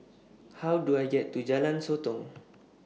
How Do I get to Jalan Sotong